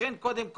לכן, קודם כל,